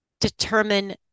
determine